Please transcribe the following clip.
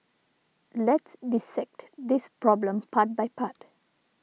let's dissect this problem part by part